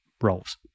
roles